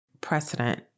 precedent